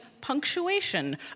punctuation